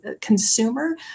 consumer